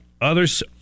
others